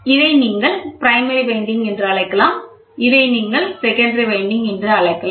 இதை நீங்கள் primary winding என்று அழைக்கலாம் இதை நீங்கள் செகண்டரி வைண்டிங் என்று அழைக்கலாம்